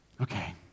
Okay